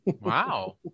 Wow